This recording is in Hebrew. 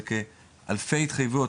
זה כאלפי התחייבויות,